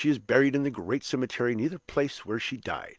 she is buried in the great cemetery, near the place where she died.